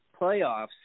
playoffs